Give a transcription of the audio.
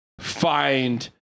Find